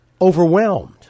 overwhelmed